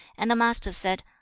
and the master said,